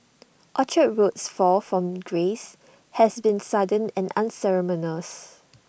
Orchard Road's fall from grace has been sudden and unceremonious